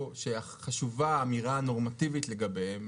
שחשובה פה האמירה הנורמטיבית לגביהם,